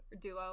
duo